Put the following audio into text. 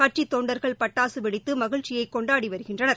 கட்சித் தொண்டர்கள் பட்டாசு வெடித்து மகிழ்ச்சியை கொண்டாடி வருகின்றனர்